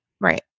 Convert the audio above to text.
Right